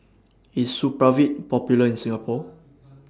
IS Supravit Popular in Singapore